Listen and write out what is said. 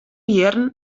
jierren